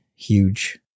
huge